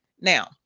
Now